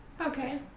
Okay